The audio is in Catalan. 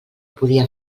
podia